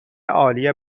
عالی